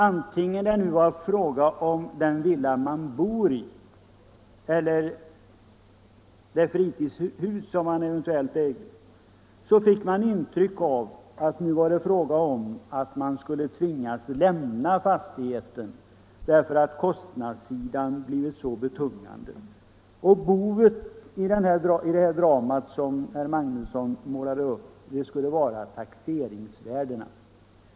Antingen det nu var fråga om den villa de bor i eller det fritidshus som de eventuellt äger, så fick man intrycket att de skulle tvingas lämna fastigheten därför att kostnadssidan blivit så betungande. Boven i det drama som herr Magnusson målade upp skulle vara höjningen av taxeringsvärdena.